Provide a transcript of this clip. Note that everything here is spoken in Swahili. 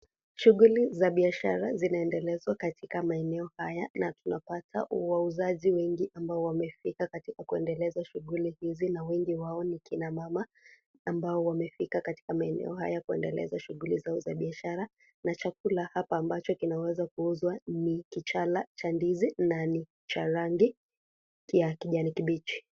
Shughuli za biashara zinaendelezwa katika maeneo haya na tunapata wauzaji wengi ambao wamefika katika kuendeleza shughuli hizi na wengi wao ni kina mama ambao wamefika katika maeneo haya kuendeleza shughuli zao za biashara na chakula hapa ambacho kinaweza kuuzwa kichala cha ndizi na ni cha rangi ya kijani kibichi.